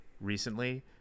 recently